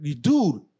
dude